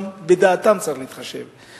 גם בדעתם צריך להתחשב.